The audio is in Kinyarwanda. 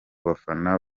bafana